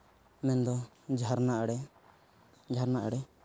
ᱢᱮᱱ ᱫᱚ ᱡᱷᱟᱨᱱᱟ ᱟᱬᱮ ᱡᱷᱟᱨᱱᱟ ᱟᱬᱮ